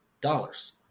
dollars